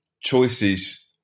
choices